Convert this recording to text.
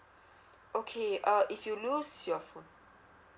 okay uh if you lose your phone